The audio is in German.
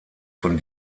von